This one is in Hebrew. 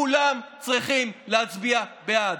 כולם צריכים להצביע בעד.